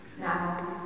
now